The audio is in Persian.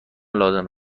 لازم